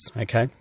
okay